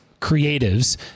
creatives